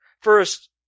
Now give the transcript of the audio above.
First